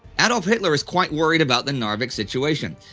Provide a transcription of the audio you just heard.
adolf hitler is quite worried about the narvik situation.